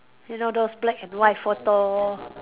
you know those black and white photo